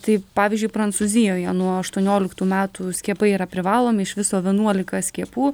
tai pavyzdžiui prancūzijoje nuo aštuonioliktų metų skiepai yra privalomi iš viso vienuolika skiepų